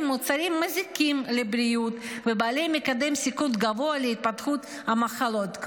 מוצרים המזיקים לבריאות ובעלי מקדם סיכון גבוה להתפתחות מחלות,